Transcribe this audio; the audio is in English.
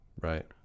Right